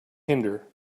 hinder